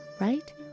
right